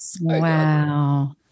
wow